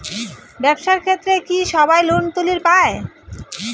ব্যবসার ক্ষেত্রে কি সবায় লোন তুলির পায়?